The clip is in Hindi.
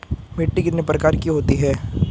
मिट्टी कितने प्रकार की होती हैं?